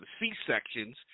C-sections